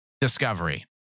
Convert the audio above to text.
discovery